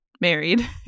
married